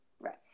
Right